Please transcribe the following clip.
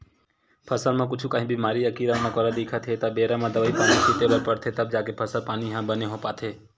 फसल म कुछु काही बेमारी या कीरा मकोरा दिखत हे त बेरा म दवई पानी छिते बर परथे तब जाके फसल पानी ह बने हो पाथे